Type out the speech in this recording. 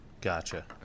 gotcha